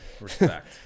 Respect